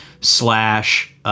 slash